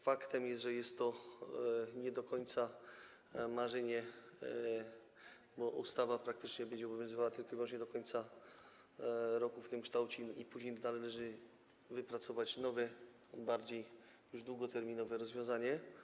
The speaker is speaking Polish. Faktem jest, że jest to nie do końca marzenie, bo ustawa praktycznie będzie obowiązywała tylko i wyłącznie do końca roku w tym kształcie, a później należy wypracować nowe, długoterminowe rozwiązanie.